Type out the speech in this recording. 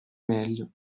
meglio